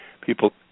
people